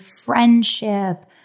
friendship